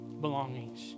belongings